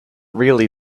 really